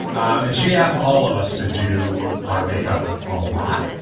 um and she asked all of us to do our makeup a lot.